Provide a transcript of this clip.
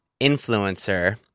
influencer